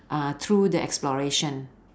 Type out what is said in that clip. uh through the exploration